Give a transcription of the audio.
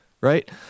right